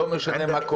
לא משנה מה,